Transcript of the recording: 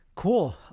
Cool